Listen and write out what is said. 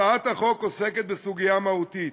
הצעת החוק עוסקת בסוגיה מהותית: